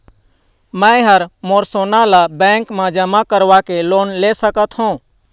मैं हर मोर सोना ला बैंक म जमा करवाके लोन ले सकत हो?